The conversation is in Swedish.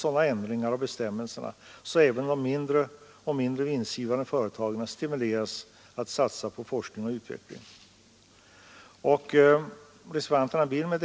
Detta tjänar hela samhället på, för forskningen är ju en förutsättning för företagens utveckling och för deras export.